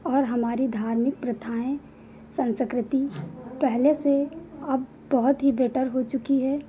और हमारी धार्मिक प्रथाएं संस्कृति पहले से अब बहुत ही बेटर हो चुकी है